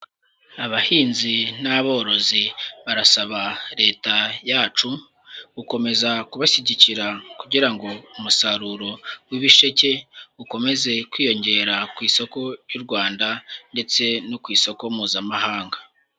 Abahinzi n'aborozi barasaba leta yacu, gukomeza kubashyigikira kugira ngo umusaruro w'ibisheke ukomeze kwiyongera ku isoko ry'u Rwanda ndetse no ku isoko Mpuzamahanga.